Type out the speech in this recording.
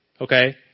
Okay